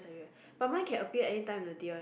but mine can appear anytime in the day one